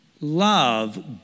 Love